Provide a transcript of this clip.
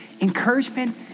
Encouragement